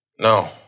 No